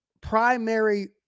primary